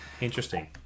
Interesting